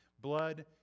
Blood